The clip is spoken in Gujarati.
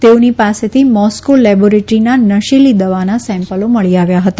તેઓની પાસેથી મોસ્કો લેબોરેટરીના નસીલી દવાના સેમ્પલો મળી આવ્યા હતા